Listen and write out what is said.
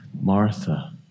Martha